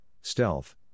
stealth